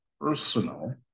personal